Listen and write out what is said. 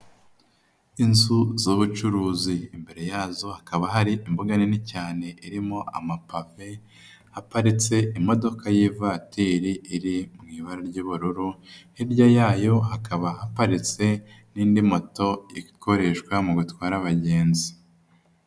Inzu z'ubucuruzi, imbere yazo hakaba hari imboga nini cyane irimo amapave aparitse imodoka y'ivateri iriho ibara ry'ubururu hirya yayo hakaba haparitse n'indi moto ikoreshwa mu batwara abagenzi.